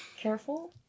careful